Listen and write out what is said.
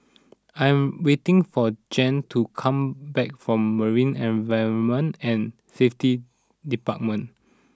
I am waiting for Jan to come back from Marine Environment and Safety Department